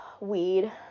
weed